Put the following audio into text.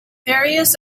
various